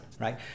right